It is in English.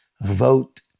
vote